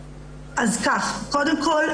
קודם כל,